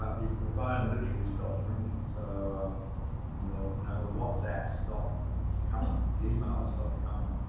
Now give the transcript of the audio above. but is the phone literally stops ringing. so ah and the you know the whatsapps stop coming. the emails stop coming.